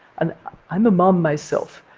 and i'm a mom myself,